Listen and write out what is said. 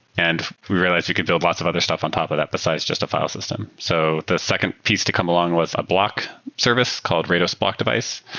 and we realized you could build lots of other stuff on top of that besides just a file system. so the second piece to come along was a block service called rados block device.